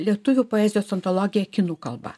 lietuvių poezijos antologija kinų kalba